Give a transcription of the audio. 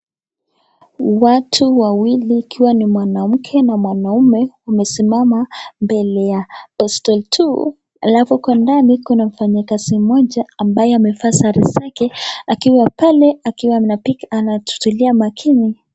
Watu wawili ikiwa ni mwanamke na mwanaume wamesimama mbele ya postal 2 halafu huko ndani kuna mfanyikazi moja ambaye amevaa sare zake akiwa pale akiwa anatulia makini.